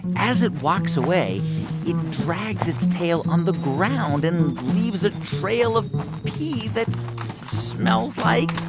as it walks away, it drags its tail on the ground and leaves a trail of pee that smells like.